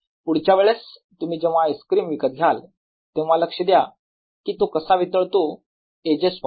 पुढच्या वेळेस तुम्ही जेव्हा आईसक्रीम विकत घ्याल तेव्हा लक्ष द्या की तो कसा वितळतो एजेस पासून